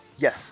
Yes